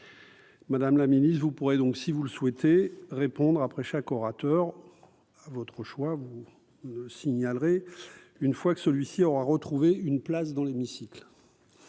Madame la Ministre, vous pourrez donc, si vous le souhaitez répondre après chaque orateur à votre choix vous signalerai, une fois que celui-ci, on a retrouvé une place dans l'hémicycle,